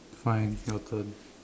fine your turn